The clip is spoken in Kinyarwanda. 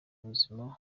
buzima